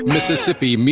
Mississippi